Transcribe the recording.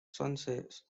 sunsets